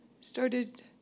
started